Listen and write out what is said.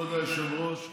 בבקשה, שלוש דקות.